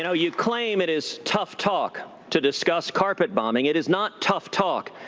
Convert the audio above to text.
know, you claim it is tough talk to discuss carpet bombing. it is not tough talk.